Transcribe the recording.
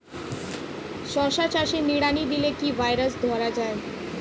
শশা চাষে নিড়ানি দিলে কি ভাইরাস ধরে যায়?